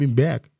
back